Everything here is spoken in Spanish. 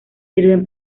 sirven